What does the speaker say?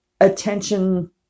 attention